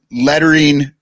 lettering